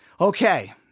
Okay